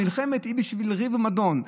נלחמת בשביל ריב ומדון.